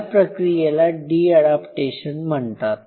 या प्रक्रियेला de adaptation म्हणतात